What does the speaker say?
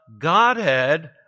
Godhead